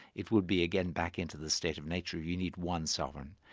it would be again back into the state of nature, you need one sovereign.